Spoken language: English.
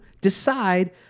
decide